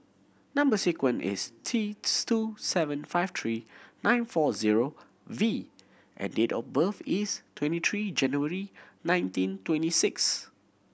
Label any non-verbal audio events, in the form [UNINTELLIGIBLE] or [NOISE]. number sequence is T [UNINTELLIGIBLE] two seven five three nine four zero V and date of birth is twenty three January nineteen twenty six